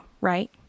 right